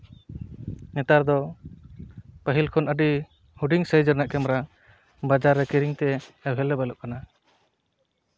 ᱱᱮᱛᱟᱨ ᱫᱚ ᱯᱟᱹᱦᱤᱞ ᱠᱷᱚᱱ ᱟᱹᱰᱤ ᱦᱩᱰᱤᱧ ᱥᱟᱭᱤᱡ ᱨᱮᱱᱟᱜ ᱠᱮᱢᱮᱨᱟ ᱵᱟᱡᱟᱨ ᱨᱮ ᱠᱤᱨᱤᱧ ᱛᱮ ᱮᱵᱷᱮᱞᱮᱵᱮᱞᱚᱜ ᱠᱟᱱᱟ